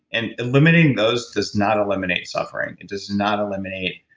and eliminating those does not eliminate suffering. it does not eliminate